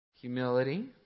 Humility